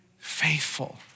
faithful